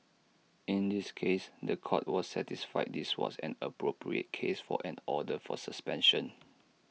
in this case The Court was satisfied this was an appropriate case for an order for suspension